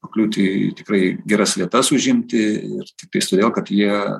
pakliūti tikrai geras vietas užimti ir tiktais todėl kad jie